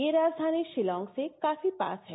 यह राजघानी शिलांग से काफी पास है